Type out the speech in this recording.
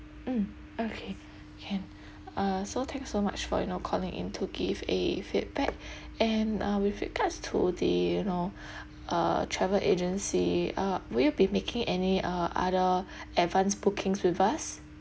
mm okay can uh so thanks so much for you know calling in to give a feedback and uh with regards to the you know uh travel agency uh will you be making any uh other advanced bookings with us